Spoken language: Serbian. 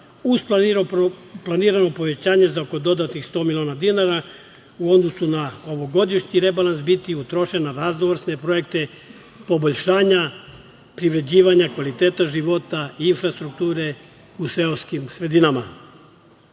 uz planirano povećanje za oko dodatnih 100 miliona dinara, u odnosu na ovogodišnji rebalans, biti utrošen na raznovrsne projekte poboljšanja privređivanja kvaliteta života i infrastrukture u seoskim sredinama. Ono